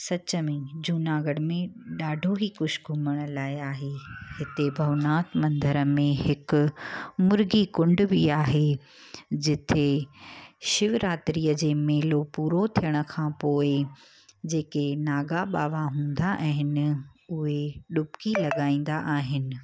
सच में जूनागढ़ में ॾाढो ई कुझु घुमण लाइ आहे हिते भवनाथ मंदर में हिकु मुर्गीकुंड बि आहे जिते शिवरात्री जे मेलो पूरो थियण खां पोइ जेके नागा बाबा हूंदा आहिनि उहे डुबकी लॻाईंदा आहिनि